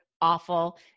awful